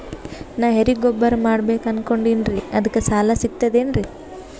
ನಾ ಎರಿಗೊಬ್ಬರ ಮಾಡಬೇಕು ಅನಕೊಂಡಿನ್ರಿ ಅದಕ ಸಾಲಾ ಸಿಗ್ತದೇನ್ರಿ?